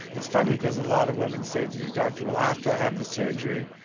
it's funny, because a lot of women say to me, doctor, well after i have this surgery,